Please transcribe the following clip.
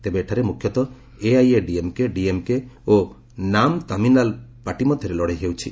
ତେବେ ଏଠାରେ ମୁଖ୍ୟତଃ ଏଆଇଏଡିଏମ୍କେ ଡିଏମ୍କେ ଓ ନାମ୍ ତାମିଲାର୍ ପାର୍ଟି ମଧ୍ୟରେ ଲଢ଼େଇ ହେଉଛି